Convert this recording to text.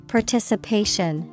Participation